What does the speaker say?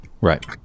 Right